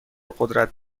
قدرت